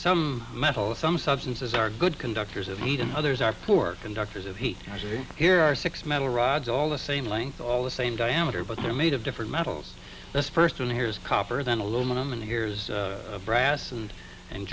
some metal some substances are good conductors of heat and others are poor conductors of heat and i say here are six metal rods all the same length all the same diameter but they're made of different metals this person here is copper than aluminum and here's brass and and